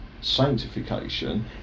sanctification